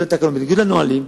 בניגוד לנהלים,